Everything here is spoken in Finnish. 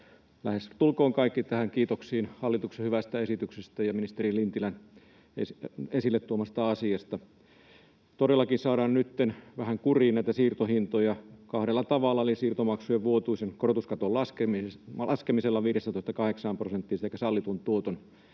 lähestulkoon kaikki, näihin kiitoksiin hallituksen hyvästä esityksestä ja ministeri Lintilän esille tuomasta asiasta. Todellakin saadaan nytten vähän kuriin näitä siirtohintoja kahdella tavalla eli siirtomaksujen vuotuisen korotuskaton laskemisella 15:stä 8 prosenttiin sekä sallitun tuoton